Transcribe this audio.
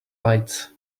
lights